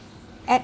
at